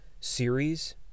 series